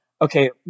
okay